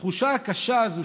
התחושה הקשה הזו,